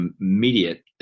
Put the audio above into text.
immediate